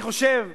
צודק, צודק.